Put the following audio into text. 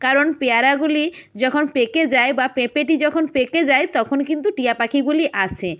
কারণ পেয়ারাগুলি যখন পেকে যায় বা পেঁপেটি যখন পেকে যায় তখন কিন্তু টিয়া পাখিগুলি আসে